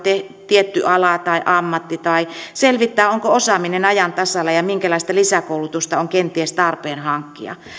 tietty ala tai ammatti tai selvittää onko osaaminen ajan tasalla ja minkälaista lisäkoulutusta on kenties tarpeen hankkia